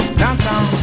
downtown